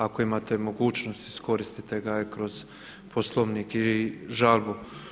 Ako imate mogućnost iskoristite ga i kroz Poslovnik i žalbu.